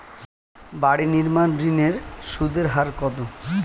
বাড়ি নির্মাণ ঋণের সুদের হার কত?